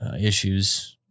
issues